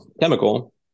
chemical